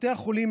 בתי חולים